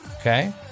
okay